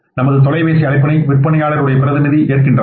நமது தொலைபேசி அழைப்பினை விற்பனையாளர் உடைய பிரதிநிதி ஏற்கின்றார்